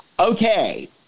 Okay